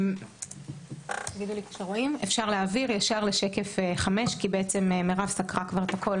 הנגשה שפתית: יש כמה נתונים